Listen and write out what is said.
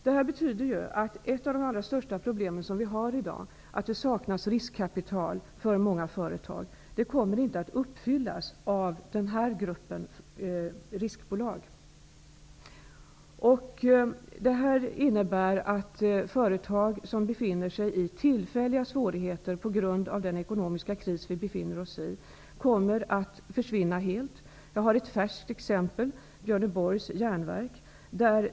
Detta betyder att ett av de största problem som vi har i dag, att det saknas riskkapital för många företag, inte kommer att lösas med hjälp av dessa riskkapitalbolag. Detta innebär att företag som, på grund av den ekonomiska krisen, befinner sig i tillfälliga svårigheter helt kommer att försvinna. Jag har ett färskt exempel som gäller detta: Björneborgs Jernverks AB.